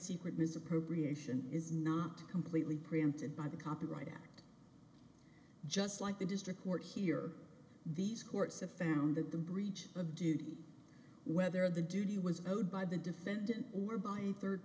secret misappropriation is not completely preempted by the copyright act just like the district court here these courts have found that the breach of duty whether the duty was owed by the defendant or by a third